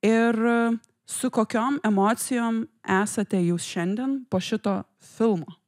ir su kokiom emocijom esate jūs šiandien po šito filmo